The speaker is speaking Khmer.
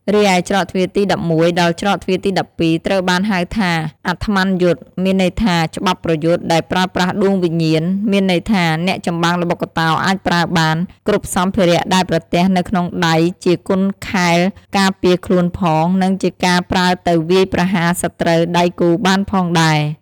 រីឯច្រកទ្វារទី១១ ដល់ច្រកទ្វារទី១២ ត្រូវបានហៅថា "អាត្ម័នយុទ្ធ" មានន័យថា ច្បាប់ប្រយុទ្ធ ដែលប្រើប្រាស់ដួងវិញាណ មានន័យថា អ្នកចម្បាំងល្បុក្កតោអាចប្រើបាន គ្រប់សំភារៈដែលប្រទះនៅក្នុងដៃជាគុនខែលការពារខ្លួនផង និងជាការប្រើទៅវាយប្រហារសត្រូវ ដៃគូបានផងដែរ។